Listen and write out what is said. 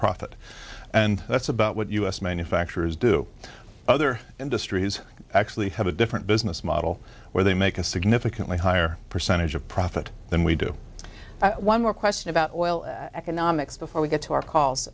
profit and that's about what u s manufacturers do other industries actually have a different business model where they make a significantly higher percentage of profit than we do one more question about oil economics before we get to our calls